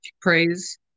praise